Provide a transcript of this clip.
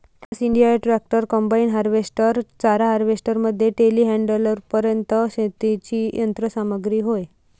class India tractors, combine harvester, चारा harvester मध्ये टेलीहँडलरपर्यंत शेतीची यंत्र सामग्री होय